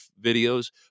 videos